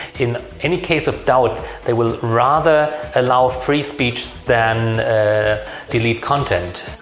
in any case of doubt they will rather allow free speech than ah delete content.